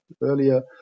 earlier